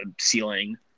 ceiling